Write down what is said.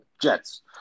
Jets